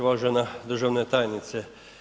Uvažena državna tajnice.